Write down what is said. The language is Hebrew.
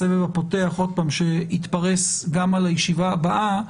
הסבב הפותח שיתפרס גם על הישיבה הבאה,